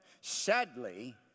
Sadly